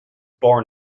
born